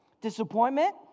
disappointment